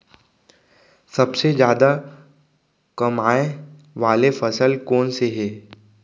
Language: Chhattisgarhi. सबसे जादा कमाए वाले फसल कोन से हे?